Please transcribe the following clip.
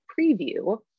preview